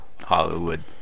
Hollywood